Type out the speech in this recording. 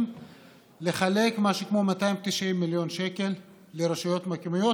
לחלק משהו כמו 290 מיליון שקל לרשויות מקומיות,